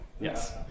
Yes